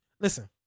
Listen